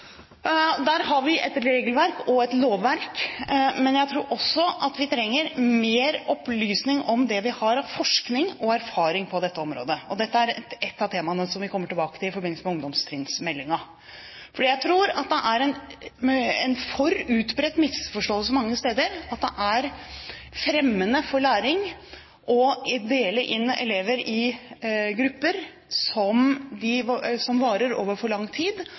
Der har vi et regelverk og et lovverk, men jeg tror også at vi trenger mer opplysning om det vi har av forskning og erfaring på dette området. Dette er ett av temaene som vi kommer tilbake til i forbindelse med ungdomstrinnsmeldingen. Jeg tror at det er en for utbredt misforståelse mange steder at det er fremmende for læring å dele inn elever i grupper som varer over for lang tid,